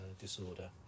disorder